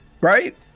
Right